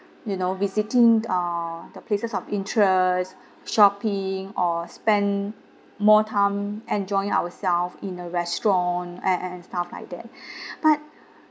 you know visiting ah the places of interest shopping or spend more time enjoying ourself in a restaurant and and stuff like that but